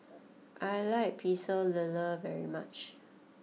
I like Pecel Lele very much